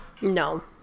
No